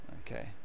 Okay